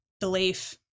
belief